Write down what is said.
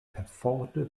perforte